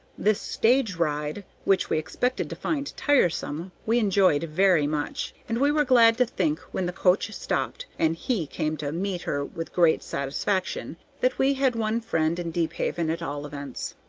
this stage-ride, which we expected to find tiresome, we enjoyed very much, and we were glad to think, when the coach stopped, and he came to meet her with great satisfaction, that we had one friend in deephaven at all events.